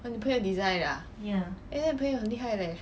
!wah! 你朋友 design 的 ah eh 那你朋友很厉害 eh